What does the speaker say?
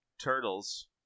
turtles